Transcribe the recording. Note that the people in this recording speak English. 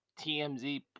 TMZ